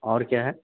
اور کیا ہے